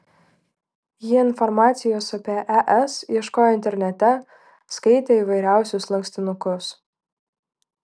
ji informacijos apie es ieškojo internete skaitė įvairiausius lankstinukus